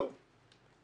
כלום.